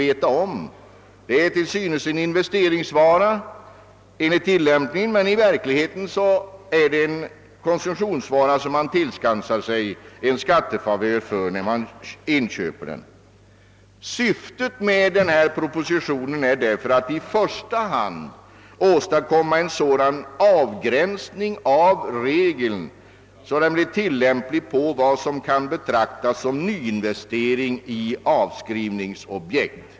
Det är enligt tillämpningen av regeln till synes fråga om en investeringsvara, men i verkligheten gäller det en konsumtionsvara vid vars inköp man tillskansar sig en fördel. Syftet med föreliggande proposition är därför i första hand att åstadkomma en sådan avgränsning av reduceringsregeln, att den blir tillämplig på sådant som kan betraktas som nyinvestering i avskrivningsobjekt.